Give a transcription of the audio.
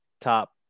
top